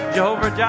Jehovah